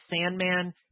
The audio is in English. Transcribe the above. Sandman